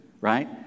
right